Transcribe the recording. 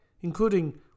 including